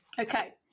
Okay